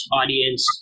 audience